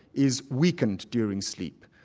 is weakened during sleep.